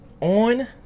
on